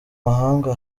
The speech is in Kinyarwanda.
mahanga